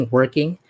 working